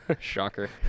shocker